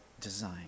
design